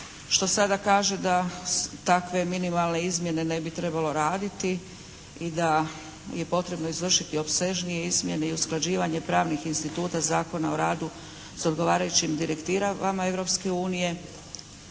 što sada kaže da takve minimalne izmjene ne bi trebalo raditi i da je potrebno izvršiti opsežnije izmjene i usklađivanje pravnih instituta Zakona o radu sa odgovarajućim direktivama